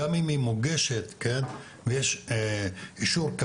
גם אם היא מוגשת ויש אישור,